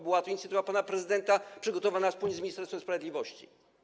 Była to inicjatywa pana prezydenta przygotowana wspólnie z Ministerstwem Sprawiedliwości.